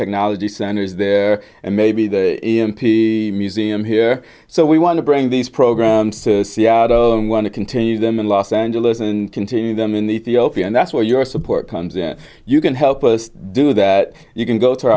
technology centers there and maybe the m p museum here so we want to bring these programs to seattle and want to continue them in los angeles and continue them in the end that's where your support comes in you can help us do that you can go t